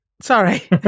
Sorry